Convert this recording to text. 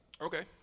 Okay